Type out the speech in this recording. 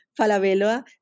Falabella